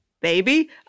Baby